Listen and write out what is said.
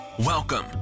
Welcome